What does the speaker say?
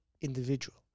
individual